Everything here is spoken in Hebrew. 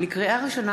לקריאה ראשונה,